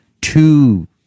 two